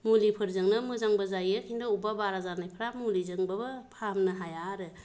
मुलिफोरजोंनो मोजांबो जायो खिन्थु बबेबा बायदिया बारा जानायफोरा मुलिजोंब्लाबो फाहामनो हाया आरो